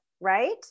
right